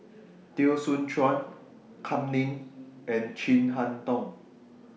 Teo Soon Chuan Kam Ning and Chin Harn Tong